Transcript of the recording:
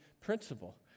principle